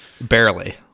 Barely